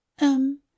um